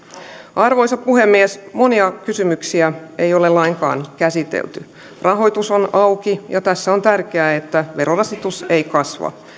arvoisa puhemies monia kysymyksiä ei ole lainkaan käsitelty rahoitus on on auki ja tässä on tärkeää että verorasitus ei kasva